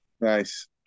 Nice